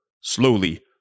Slowly